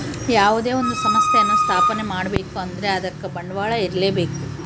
ಯಾವುದೇ ಒಂದು ಸಂಸ್ಥೆಯನ್ನು ಸ್ಥಾಪನೆ ಮಾಡ್ಬೇಕು ಅಂದ್ರೆ ಅದಕ್ಕೆ ಬಂಡವಾಳ ಇರ್ಲೇಬೇಕು